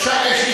חבר הכנסת.